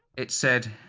it said,